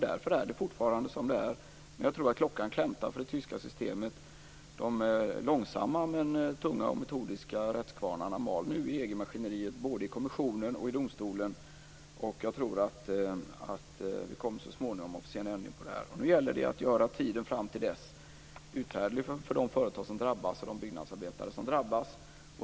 Därför är det fortfarande som det är. Men jag tror att klockan klämtar för det tyska systemet. De långsamma, men tunga och metodiska, rättskvarnarna mal nu i EG-maskineriet, både i kommissionen och i domstolen. Jag tror att vi så småningom kommer att få se en ändring här. Nu gäller det att göra tiden fram till dess uthärdlig för de företag och de byggnadsarbetare som drabbas.